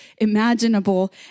imaginable